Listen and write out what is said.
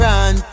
Run